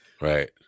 right